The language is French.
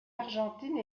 argentine